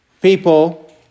people